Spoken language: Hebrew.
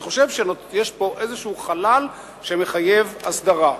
אני חושב שיש פה איזה חלל שמחייב הסדרה.